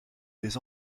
des